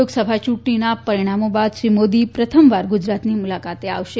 લોકસભા યૂંટણીના પરિણામો બાદ શ્રી મોદી પ્રથમવાર ગુજરાતની મુલાકાતે આવશે